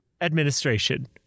administration